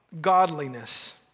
godliness